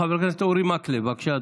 חבר הכנסת אורי מקלב, בבקשה,